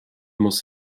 muss